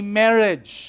marriage